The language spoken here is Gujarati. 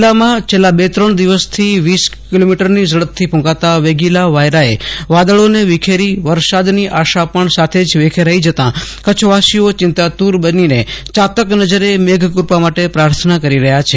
જીલ્લામાં છેલ્લા બે ત્રણ દિવસથી વીસ કિલોમીટરની ઝડપથી ક્રંકતા પવને વાદળોને વિખેરીને વરસાદની આશા પણ સાથે જ વિખેરાઈ જતા કચ્છવાસીઓ ચિંતાતુર બનીને યાતક નજરે મેઘકૃપા માટે પ્રાર્થના કરી રહ્યા છે